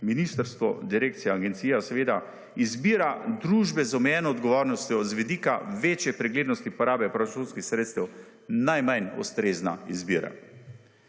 ministrstvo, direkcija agencija seveda izbira družbe z omejeno odgovornostjo z vidika večje preglednosti porabe proračunskih sredstev najmanj ustrezna izbira.